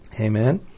Amen